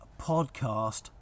podcast